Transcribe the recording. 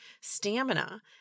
stamina